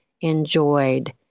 enjoyed